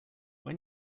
when